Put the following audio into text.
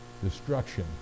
destruction